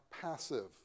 passive